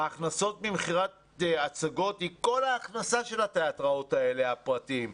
ההכנסות ממכירת הצגות היא כל ההכנסה של התיאטראות הפרטיים האלה,